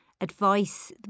advice